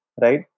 right